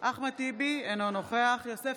אחמד טיבי, אינו נוכח יוסף